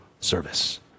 service